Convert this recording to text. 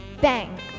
Bang